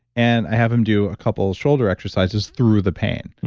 and i have him do a couple of shoulder exercises through the pain.